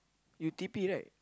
you T_P right